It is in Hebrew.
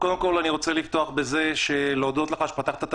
קודם כול אני רוצה להודות לך שפתחת את